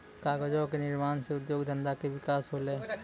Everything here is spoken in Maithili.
कागजो क निर्माण सँ उद्योग धंधा के विकास होलय